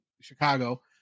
Chicago